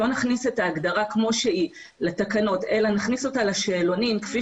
לא נכניס את ההגדרה כמו שהיא לתקנות אלא נכניס אותה לשאלונים כפי